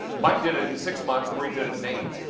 mike did it in six months. marie did it in eight.